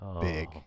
big